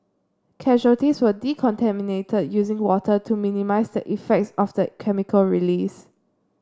casualties were decontaminated using water to minimise the effects of the chemical release